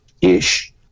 ish